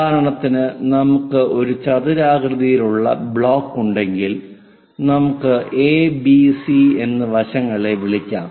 ഉദാഹരണത്തിന് നമുക്ക് ഒരു ചതുരാകൃതിയിലുള്ള ബ്ലോക്ക് ഉണ്ടെങ്കിൽ നമുക്ക് എ ബി സി എന്ന് വശങ്ങളെ വിളിക്കാം